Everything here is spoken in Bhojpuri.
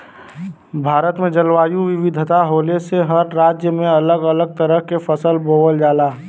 भारत में जलवायु विविधता होले से हर राज्य में अलग अलग तरह के फसल बोवल जाला